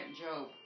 Job